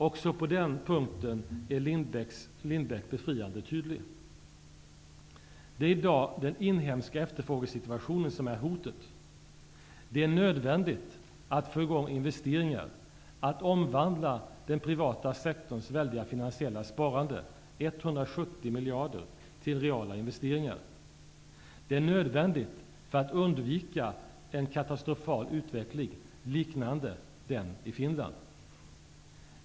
Också på den punkten är Lindbeck befriande tydlig: det är i dag den inhemska efterfrågesituationen som är hotet. Det är nödvändigt att få i gång investeringar, att omvandla den privata sektorns väldiga finansiella sparande, 170 miljarder, till reala investeringar. Det är nödvändigt för att undvika en katastrofal utveckling liknande den i Finland.